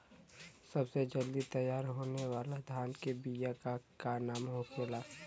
सबसे जल्दी तैयार होने वाला धान के बिया का का नाम होखेला?